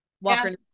walker